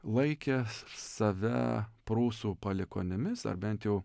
laikė save prūsų palikuonimis ar bent jau